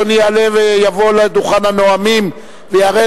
אדוני יעלה ויבוא לדוכן הנואמים ויראה